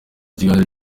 kiganiro